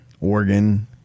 Oregon